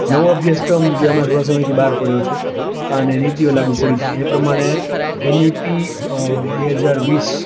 નવો અભ્યાસક્રમ જે હમણાં થોડા સમયથી બહાર પડ્યો છે અને નીતિઓ લાગુ પડી છે એ પ્રમાણે એની પી બે હજાર વીસ